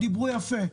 דיברו יפה,